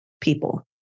people